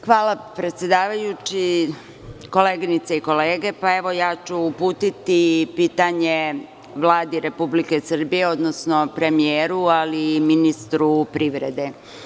Hvala predsedavajući, koleginice i kolege, uputiću pitanje Vladi Republike Srbije, odnosno premijeru, ali i ministru privrede.